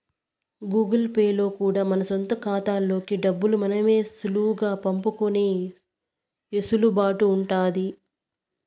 Google Pay లో కూడా మన సొంత కాతాల్లోకి డబ్బుల్ని మనమే సులువుగా పంపుకునే ఎసులుబాటు ఉండాది